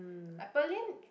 like Pearlyn